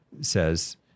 says